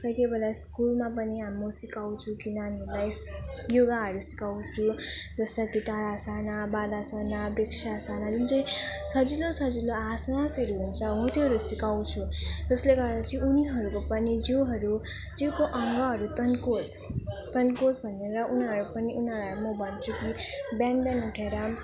कोही कोही बेला स्कुलमा पनि म सिकाउँछु कि नानीहरूलाई यस योगाहरू सिकाउँछु जस्तो कि आसन बालासना वृक्षासना जुन चाहिँ सजिलो सजिलो आसनहरू हुन्छ म त्योहरू सिकाउँछु जसले गर्दा चाहिँ उनीहरूको पनि जिउहरू जिउको अङ्गहरू तन्कोस् तन्कोस् भनेर उनीहरू पनि उनीहरूलाई म भन्छु कि बिहान बिहान उठेर